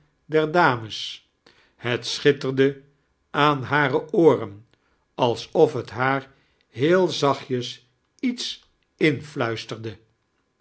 der dames het schittetde aan hare ooren alsof het haar heel zachtjes iets infhiisterde